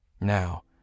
Now